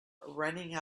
running